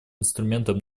инструментом